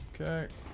Okay